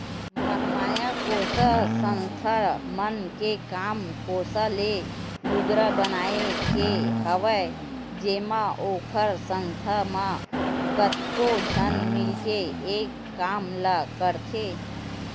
महामाया कोसा संस्था मन के काम कोसा ले लुगरा बनाए के हवय जेमा ओखर संस्था म कतको झन मिलके एक काम ल करथे